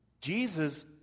Jesus